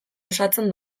osatzen